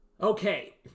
Okay